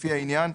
לפי העניין,